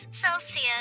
Celsius